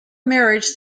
marriage